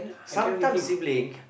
sometime sibling